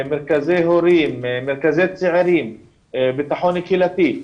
מרכזי הורים, מרכזי צעירים, ביטחון קהילתי.